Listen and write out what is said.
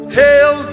hail